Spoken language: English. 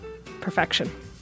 Perfection